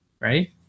right